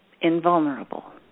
invulnerable